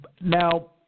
Now